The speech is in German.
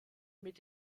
mit